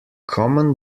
common